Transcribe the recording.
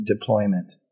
deployment